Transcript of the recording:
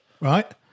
right